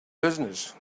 business